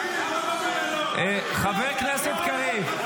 מה עם החטופים --- חבר הכנסת קריב,